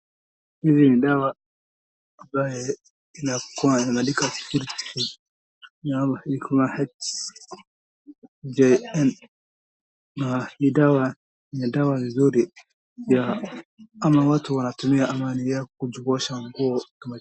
Hizi ni dawa ambayo imeandikwa HJN na ni dawa nzuri ama watu wanatumia kuosha nguo.